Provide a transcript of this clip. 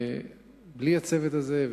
בלי הצוות הזה,